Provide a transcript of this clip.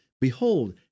Behold